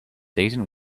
decent